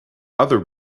other